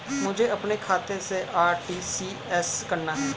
मुझे अपने खाते से आर.टी.जी.एस करना?